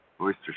Oyster